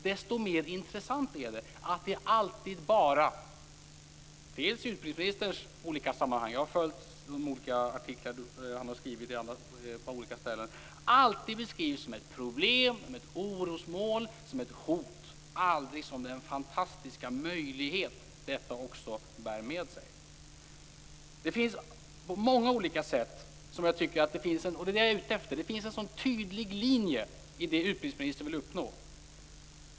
Desto mer intressant är det att det alltid bara beskrivs som ett problem, som ett orosmoln och som ett hot, men aldrig som den fantastiska möjlighet det också innebär. Jag har läst olika artiklar som utbildningsministern har skrivit. Det finns en sådan tydlig linje i det som utbildningsministern vill uppnå.